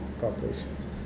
corporations